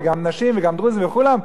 וגם נשים וגם דרוזים וכולם,